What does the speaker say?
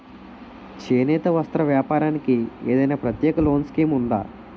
చేనేత వస్త్ర వ్యాపారానికి ఏదైనా ప్రత్యేక లోన్ స్కీం ఉందా?